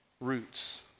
roots